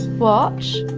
watch.